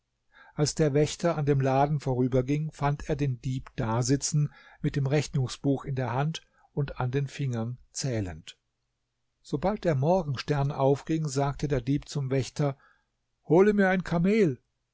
als der wächter an dem laden vorüberging fand er den dieb da sitzen mit dem rechnungsbuch in der hand und an den fingern zählend sobald der morgenstern aufging sagte der dieb zum wächter hole mir ein kamel